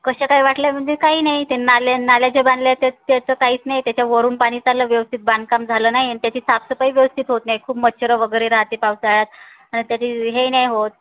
कशा काय वाटल्या म्हणजे काही नाही ते नाल्या नाल्या जे बांधल्या त्यात त्याचं काहीच नाही त्याच्यावरून पाणी चाललं व्यवस्थित बांधकाम झालं नाही आणि त्याची साफसफाई व्यवस्थित होत नाही खूप मच्छरं वगैरे राहते पावसाळ्यात आणि त्याचे हे नाही होत